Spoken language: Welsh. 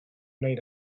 wneud